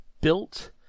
built